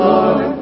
Lord